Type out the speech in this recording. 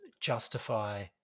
justify